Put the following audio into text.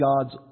God's